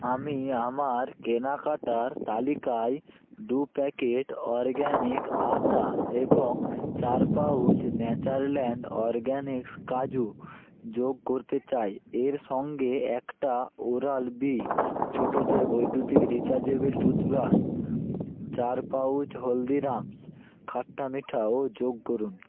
আমি আমার কেনাকাটার তালিকায় দু প্যাকেট অরগ্যানিক আটা এবং চার পাউচ নেচারল্যান্ড অরগ্যানিক্স কাজু যোগ করতে চাই এর সঙ্গে একটা ওরাল বি ছোটদের বৈদ্যুতিক রিচার্জেবল টুথব্রাশ চার পাউচ হলদিরামস খাট্টা মিঠাও যোগ করুন